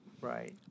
Right